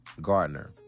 Gardner